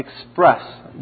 express